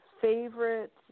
favorite